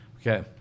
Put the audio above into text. okay